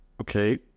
okay